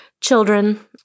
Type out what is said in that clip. children